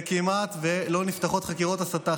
וכמעט לא נפתחות חקירות הסתה.